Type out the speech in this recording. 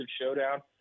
showdown